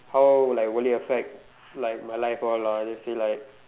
how will I will it affect like my life all lah I just say like